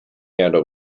handled